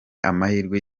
amahirwe